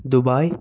Dubai